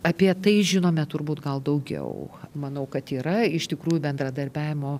apie tai žinome turbūt gal daugiau manau kad yra iš tikrųjų bendradarbiavimo